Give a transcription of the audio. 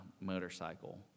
motorcycle